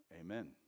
Amen